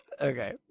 Okay